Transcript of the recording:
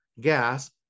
gas